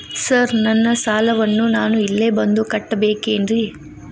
Sir ನನ್ನ ಸಾಲವನ್ನು ನಾನು ಇಲ್ಲೇ ಬಂದು ಕಟ್ಟಬೇಕೇನ್ರಿ?